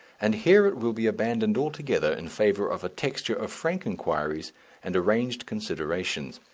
and here it will be abandoned altogether in favour of a texture of frank inquiries and arranged considerations.